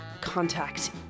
contact